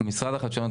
משרד החדשנות,